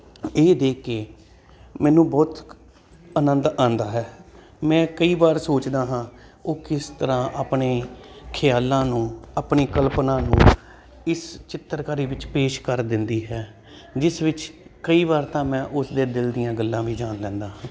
ਇਹ ਦੇਖ ਕੇ ਮੈਨੂੰ ਬਹੁਤ ਆਨੰਦ ਆਉਂਦਾ ਹੈ ਮੈਂ ਕਈ ਵਾਰ ਸੋਚਦਾ ਹਾਂ ਉਹ ਕਿਸ ਤਰ੍ਹਾਂ ਆਪਣੇ ਖਿਆਲਾਂ ਨੂੰ ਆਪਣੀ ਕਲਪਨਾ ਨੂੰ ਇਸ ਚਿੱਤਰਕਾਰੀ ਵਿੱਚ ਪੇਸ਼ ਕਰ ਦਿੰਦੀ ਹੈ ਜਿਸ ਵਿੱਚ ਕਈ ਵਾਰ ਤਾਂ ਮੈਂ ਉਸਦੇ ਦਿਲ ਦੀਆਂ ਗੱਲਾਂ ਵੀ ਜਾਣ ਲੈਂਦਾ ਹਾਂ